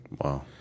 Wow